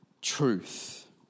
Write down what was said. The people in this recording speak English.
truth